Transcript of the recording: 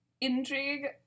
intrigue